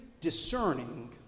discerning